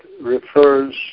refers